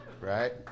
Right